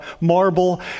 marble